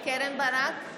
קרן ברק,